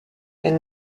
elle